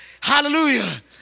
Hallelujah